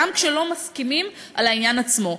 גם כשלא מסכימים על העניין עצמו,